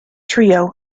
trio